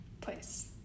place